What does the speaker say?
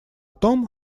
том